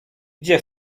gdzie